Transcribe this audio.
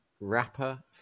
rapper